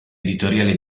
editoriale